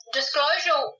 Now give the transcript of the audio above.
disclosure